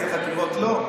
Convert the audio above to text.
אילו חקירות לא.